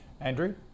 Andrew